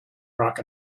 rock